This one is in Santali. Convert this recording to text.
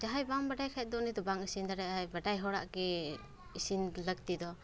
ᱡᱟᱦᱟᱸᱭ ᱵᱟᱝ ᱵᱟᱰᱟᱭ ᱠᱷᱟᱡ ᱫᱚ ᱩᱱᱤ ᱫᱚ ᱵᱟᱝ ᱤᱥᱤᱱ ᱫᱟᱲᱮ ᱟᱭ ᱵᱟᱰᱟᱭ ᱦᱚᱲᱟᱜ ᱜᱮ ᱤᱥᱤᱱ ᱞᱟᱹᱠᱛᱤ ᱫᱚ